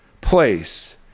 place